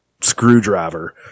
screwdriver